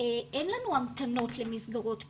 אין לנו המתנות למסגרות פתוחות,